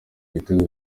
ibitego